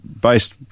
based